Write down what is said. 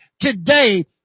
today